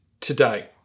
today